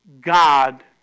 God